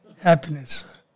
happiness